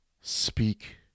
speak